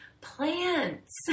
plants